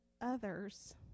Others